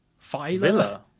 Villa